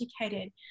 educated